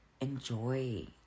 enjoy